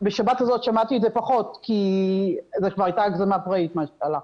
בשבת הזו שמעתי את זה פחות כי זו כבר הייתה הגזמה פראית מה שהיה.